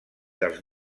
dels